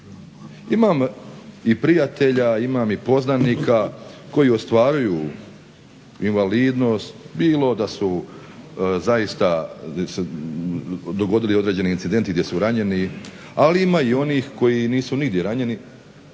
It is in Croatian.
Imam i prijatelja, imam i poznanika koji ostvaruju invalidnost, bilo da su se zaista dogodili određeni incidenti gdje su ranjeni, ali ima i onih koji nisu nigdje ranjeni,